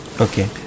Okay